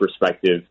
perspective